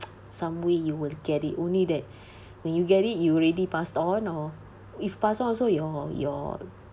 some way you will get it only that when you get it you already passed on or if passed on also your your